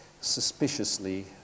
suspiciously